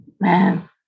man